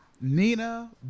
Nina